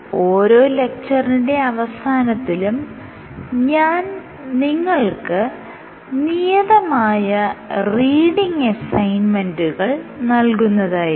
ഓരോ ലെക്ച്ചറിന്റെ അവസാനത്തിലും ഞാൻ നിങ്ങൾക്ക് നിയതമായ റീഡിങ് അസൈന്മെന്റുകൾ നൽകുന്നതായിരിക്കും